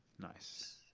Nice